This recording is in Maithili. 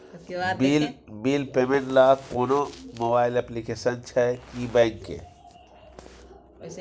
बिल पेमेंट ल कोनो मोबाइल एप्लीकेशन छै की बैंक के?